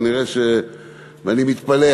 ואני מתפלא,